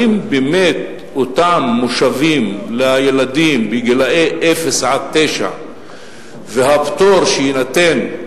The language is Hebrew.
האם באמת אותם מושבים לילדים בגיל אפס עד תשע והפטור שיינתן,